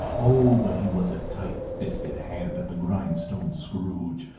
oh! but he was a tight-fisted hand at the grind-stone, scrooge!